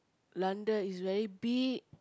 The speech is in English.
London is very big